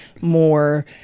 more